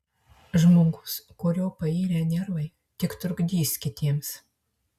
žmogus kurio pairę nervai tik trukdys kitiems